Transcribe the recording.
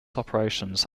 operations